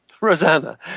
Rosanna